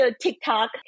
TikTok